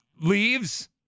leaves